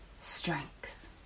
strength